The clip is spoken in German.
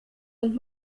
und